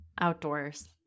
Outdoors